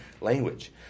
language